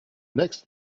next